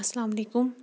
اَسلام علیکُم